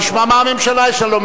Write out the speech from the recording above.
נשמע מה לממשלה יש לומר.